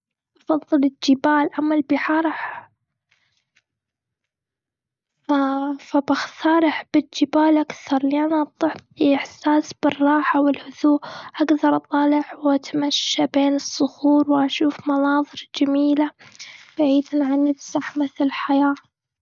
أفضل الجبال أم البحر؟ فبختار أحب الجبال أكثر، لأنها تنطي إحساس بالراحة والهدوء. أقدر أطالع واتمشى بين الصخور، واشوف مناظر جميلة، بعيداً عن الزحمة الحياة.